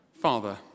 Father